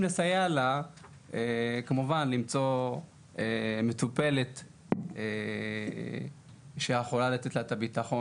לסייע לה כמובן למצוא מטופלת שיכולה לתת לה את הביטחון